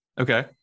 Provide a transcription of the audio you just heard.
okay